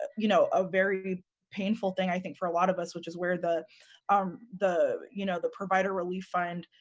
ah you know, a very painful thing, i think, for a lot of us, which is where the um the, you know, the provider relief fund,